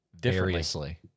differently